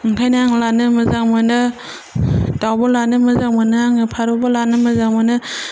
ओंखायनो आं लानो मोजां मोनो दावबो लानो मोजां मोनो आङो फारौबो लानो मोजां मोनो